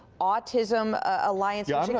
autism alliances, ah you know